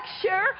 sure